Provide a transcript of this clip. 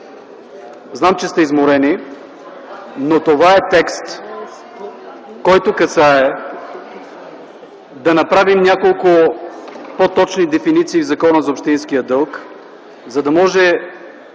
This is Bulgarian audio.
Знам, че сте изморени, но това е текст, който касае да направим няколко по-точни дефиниции в Закона за общинския дълг, за да може